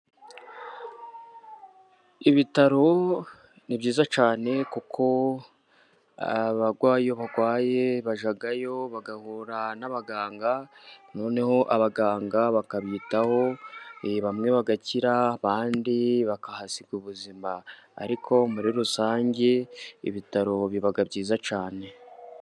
Ibitaro ni byiza cyane kuko abarwayi iyo barwaye bajyayo bagahura n'abaganga, noneho abaganga bakabitaho bamwe bagakira abandi bakahasiga ubuzima, ariko muri rusange ibitaro biba byiza cyane.